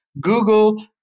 Google